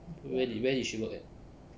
where did where did she work at